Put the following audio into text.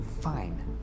Fine